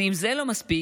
ואם זה לא מספיק,